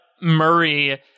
Murray